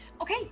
Okay